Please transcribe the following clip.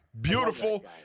beautiful